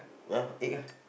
ya egg ah